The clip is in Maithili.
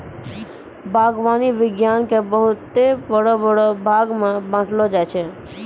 बागवानी विज्ञान के बहुते बड़ो बड़ो भागमे बांटलो जाय छै